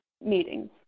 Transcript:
meetings